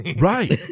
Right